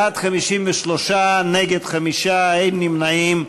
בעד, 53, נגד, 5, אין נמנעים.